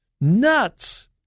nuts